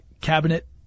cabinet